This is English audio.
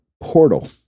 Portal